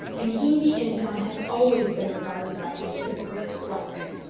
an easy income has always been regarded by me as a great blessing.